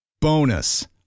Bonus